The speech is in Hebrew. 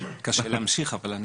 קשה לי להמשיך אחרי זה.